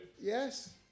Yes